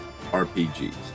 RPGs